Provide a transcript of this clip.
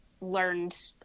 learned